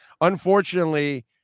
unfortunately